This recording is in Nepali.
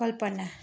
कल्पना